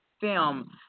film